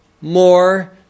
more